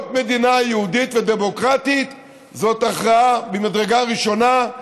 להיות מדינה יהודית ודמוקרטית זאת הכרעה ממדרגה ראשונה,